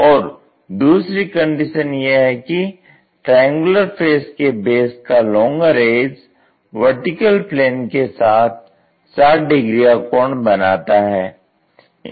और दूसरी कंडीशन यह है कि ट्रायंगुलर फेस के बेस का लॉन्गर एज VP के साथ 60 डिग्री का कोण बनाता है